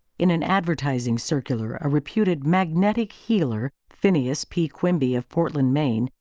in an advertising circular a reputed magnetic healer, phineas p. quimby of portland, maine,